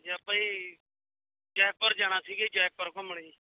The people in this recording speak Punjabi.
ਜੀ ਆਪਾਂ ਜੀ ਜੈਪੁਰ ਜਾਣਾ ਸੀਗਾ ਜੈਪੁਰ ਘੁੰਮਣ ਜੀ